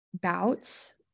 bouts